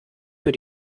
für